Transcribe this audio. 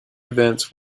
events